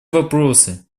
вопросы